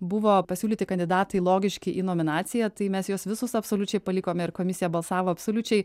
buvo pasiūlyti kandidatai logiški į nominaciją tai mes juos visus absoliučiai palikome ir komisija balsavo absoliučiai